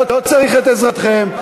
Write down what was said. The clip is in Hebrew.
לא צריך את עזרתכם.